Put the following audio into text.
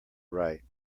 write